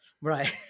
right